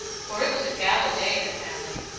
for it was a gala day in the family.